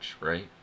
right